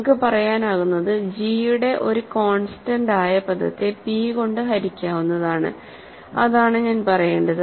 നമുക്ക് പറയാനാകുന്നത് g യുടെ ഒരു കോൺസ്റ്റന്റ് ആയ പദത്തെ p കൊണ്ട് ഹരിക്കാവുന്നതാണ് അതാണ് ഞാൻ പറയേണ്ടത്